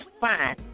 fine